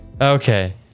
Okay